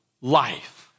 life